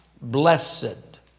blessed